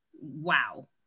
Wow